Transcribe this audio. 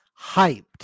hyped